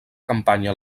campanya